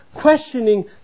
questioning